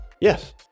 Yes